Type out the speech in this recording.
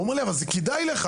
הוא אמר לי: אבל זה כדאי לך.